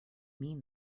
mean